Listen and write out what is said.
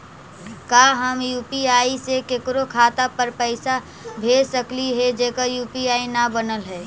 का हम यु.पी.आई से केकरो खाता पर पैसा भेज सकली हे जेकर यु.पी.आई न बनल है?